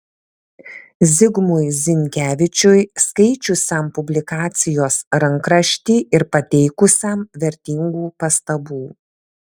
zigmui zinkevičiui skaičiusiam publikacijos rankraštį ir pateikusiam vertingų pastabų